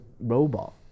robot